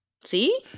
See